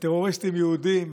כשטרוריסטים יהודים